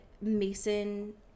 Mason